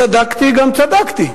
צדקתי גם צדקתי.